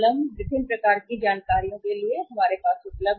ये 3 विभिन्न प्रकार की जानकारी है हमारे लिए उपलब्ध है